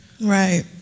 Right